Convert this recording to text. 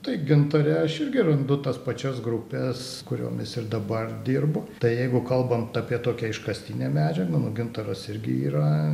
tai gintare aš irgi randu tas pačias grupes kuriomis ir dabar dirbu tai jeigu kalbant apie tokią iškastinę medžiagą nu gintaras irgi yra